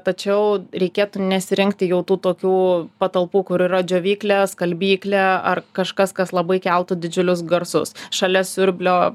tačiau reikėtų nesirinkti jau tų tokių patalpų kur yra džiovyklė skalbyklė ar kažkas kas labai keltų didžiulius garsus šalia siurblio